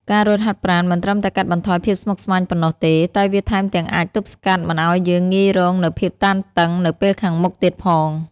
ការរត់ហាតប្រាណមិនត្រឹមតែកាត់បន្ថយភាពស្មុគស្មាញប៉ុណ្ណោះទេ តែវាថែមទាំងអាចទប់ស្កាត់មិនឲ្យយើងងាយរងនូវភាពតានតឹងនៅពេលខាងមុខទៀតផង។